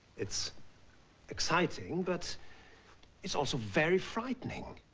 it's exciting but it's also very frightening.